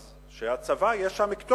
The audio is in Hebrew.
אז שהצבא, יש שם כתובת,